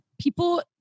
people